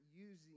using